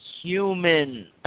human